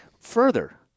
Further